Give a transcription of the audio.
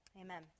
Amen